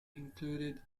included